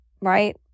right